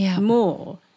more